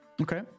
Okay